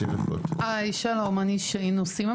היי, שלום, אני סימה